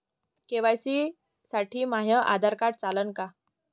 KYC साठी माह्य Aadhaar card चालन का?